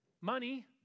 money